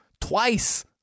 twice